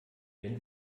wenn